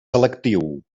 selectiu